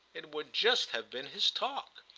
it would just have been his talk.